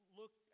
look